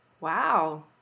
Wow